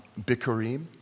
bikurim